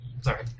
Sorry